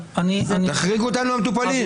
תחריגו אותנו, המטופלים.